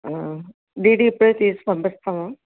DD ఇప్పుడే తీసి పంపిస్తాము